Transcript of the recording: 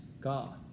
God